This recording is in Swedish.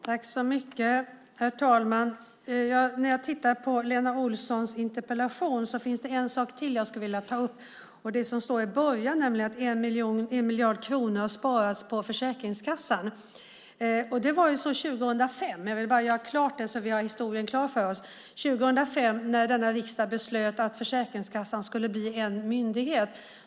Herr talman! När jag tittar på Lena Olssons interpellation finns där en sak till som jag skulle vilja ta upp. I början av interpellationen står nämligen att 1 miljard kronor har sparats på Försäkringskassan. Det var så 2005; jag vill bara göra klart det så att vi har historien klar för oss. 2005 beslutade denna riksdag att Försäkringskassan skulle bli en myndighet.